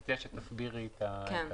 אני מציע שתסבירי את התיקון.